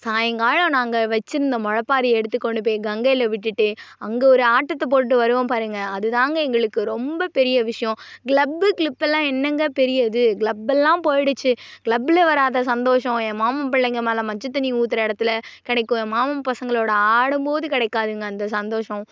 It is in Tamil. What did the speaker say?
சாய்ங்காலம் நாங்க வச்சிருந்த முளப்பாரி எடுத்து கொண்டுப் போய் கங்கையில் விட்டுட்டு அங்கே ஒரு ஆட்டத்தை போட்டு வருவோம் பாருங்க அது தாங்க எங்களுக்கு ரொம்ப பெரிய விஷயம் க்ளப்பு க்ளிப்பெல்லாம் என்னங்க பெரிய இது க்ளப்பெல்லாம் போயிடுச்சு க்ளபில் வராத சந்தோஷம் என் மாமன் பிள்ளைங்க மேலே மஞ்சள் தண்ணி ஊற்றுற இடத்துல கிடைக்கும் என் மாமன் பசங்களோடய ஆடும் போது கிடைக்காதுங்க அந்த சந்தோஷம்